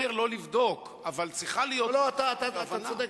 השרה אורית נוקד,